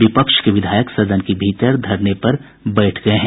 विपक्ष के विधायक सदन के भीतर घरने पर बैठ गये हैं